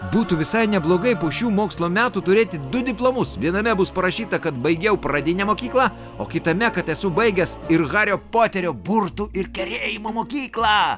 būtų visai neblogai po šių mokslo metų turėti du diplomus viename bus parašyta kad baigiau pradinę mokyklą o kitame kad esu baigęs ir hario poterio burtų ir kerėjimo mokyklą